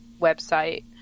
website